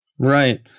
Right